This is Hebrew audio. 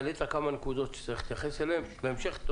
העלית כמה נקודות שצריך להתייחס אליהן בהמשך.